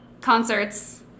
concerts